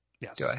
Yes